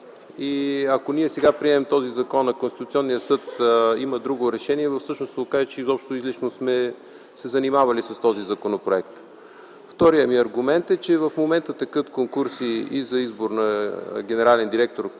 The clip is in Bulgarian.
и ако ние сега приемем този закон, а Конституционният съд има друго решение, ще се окаже, че всъщност излишно сме се занимавали с този законопроект. Вторият ми аргумент е, че в момента текат конкурси и за избор на генерални директори